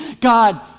God